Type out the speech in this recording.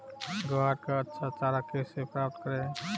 ग्वार का अच्छा चारा कैसे प्राप्त करें?